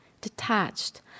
detached